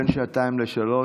בין שעתיים לשלוש.